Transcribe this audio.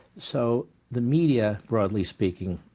so the media broadly speaking,